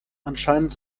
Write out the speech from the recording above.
anscheinend